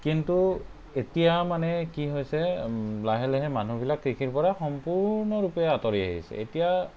কিন্তু এতিয়া মানে কি হৈছে লাহে লাহে মানুহবিলাক কৃষিৰপৰা সম্পূৰ্ণৰূপে আঁতৰি আহিছে এতিয়া